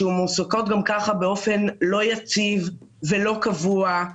שמועסקות גם כך באופן לא יציב ולא קבוע,